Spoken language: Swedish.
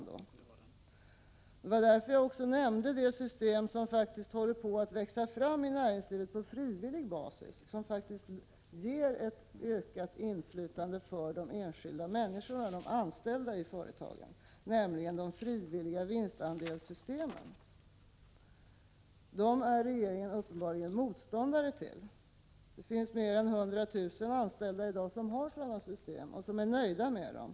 Det var också därför som jag nämnde det system som på frivillig basis håller på att växa fram i näringslivet och som faktiskt ger ett ökat inflytande för de enskilda människorna, de anställda i företagen, nämligen de frivilliga vinstandelssystemen. Dem är regeringen uppenbarligen motståndare till. Det finns fler än 100 000 anställda som i dag har sådana system och som är nöjda med dem.